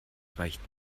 reicht